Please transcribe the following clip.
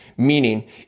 Meaning